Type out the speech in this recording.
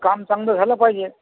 काम चांगल झालं पाहिजे